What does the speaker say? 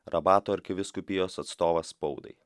rabato arkivyskupijos atstovas spaudai